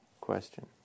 question